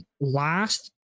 last